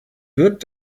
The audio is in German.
wird